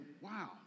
wow